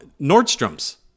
Nordstrom's